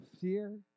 fear